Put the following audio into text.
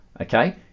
okay